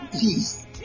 peace